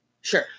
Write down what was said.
sure